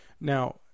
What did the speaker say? Now